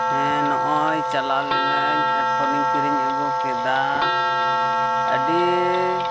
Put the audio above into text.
ᱦᱮᱸ ᱱᱚᱜᱼᱚᱭ ᱪᱟᱞᱟᱣ ᱞᱮᱱᱟᱹᱧ ᱦᱮᱰᱯᱷᱳᱱ ᱤᱧ ᱠᱤᱨᱤᱧ ᱟᱹᱜᱩ ᱠᱮᱫᱟ ᱟᱹᱰᱤ